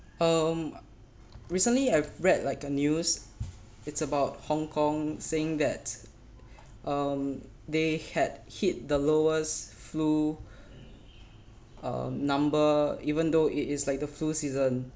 um recently I've read like a news it's about hong kong saying that um they had hit the lowest flu uh number even though it is like the flu season